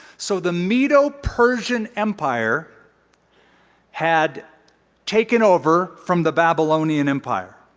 so the medo persian empire had taken over from the babylonian empire.